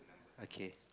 okay